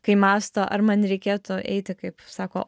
kai mąsto ar man reikėtų eiti kaip sako